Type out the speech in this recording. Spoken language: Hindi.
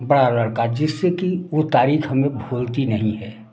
बड़ा लड़का जिससे कि वो तारीख हमें भूलती नहीं है